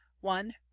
one